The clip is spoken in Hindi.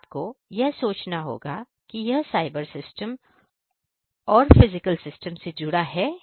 आपको यह सोचना होगा कि यह साइबर सिस्टम और फिजिकल सिस्टम से जुड़ा है या नहीं